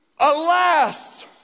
alas